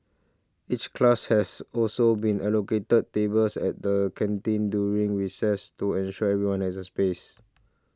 each class has also been allocated tables at the canteen during recess to ensure everyone has a space